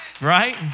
Right